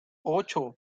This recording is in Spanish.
ocho